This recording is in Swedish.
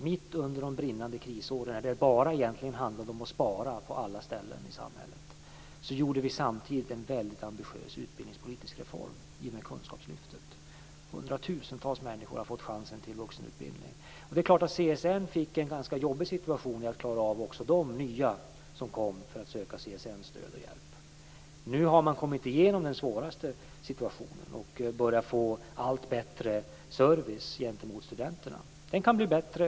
Mitt under de brinnande krisåren, när det egentligen bara handlade om att spara på alla ställen i samhället, gjorde vi en väldigt ambitiös utbildningspolitisk reform i och med Kunskapslyftet. Hundratusentals människor har fått chansen till vuxenutbildning. CSN hade en ganska jobbig situation för att klara av också de nya som kom för att söka CSN:s stöd och hjälp. Nu har man tagit sig ur den svåraste situationen och börjat kunna ge allt bättre service till studenterna. Den kan bli bättre.